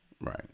Right